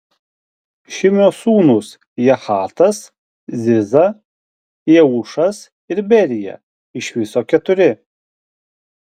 šimio sūnūs jahatas ziza jeušas ir berija iš viso keturi